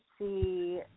see